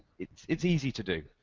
it's it's easy to do.